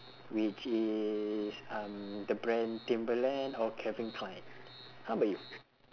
which is um the brand timberland or calvin klein how about you